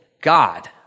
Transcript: God